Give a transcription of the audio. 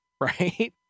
right